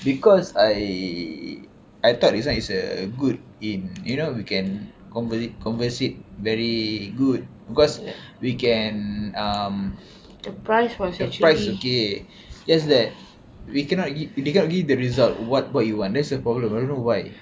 because I I thought this one is a is a good in you know you can converse converse it very good because we can um the price is okay just that we cannot give they cannot give the result what what you want that's the problem I don't know why